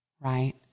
Right